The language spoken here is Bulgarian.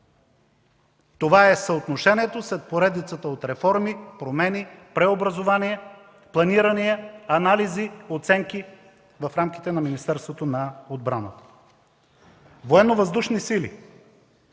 Това е съотношението след поредицата реформи, промени, преобразования, планирания, анализи, оценки в рамките на Министерството на отбраната. Военновъздушни сили.